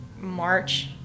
March